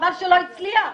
חבל שלא הצליח.